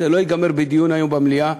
זה לא ייגמר בדיון היום במליאה.